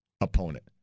opponent